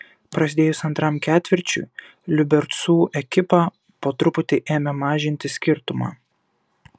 prasidėjus antram ketvirčiui liubercų ekipa po truputį ėmė mažinti skirtumą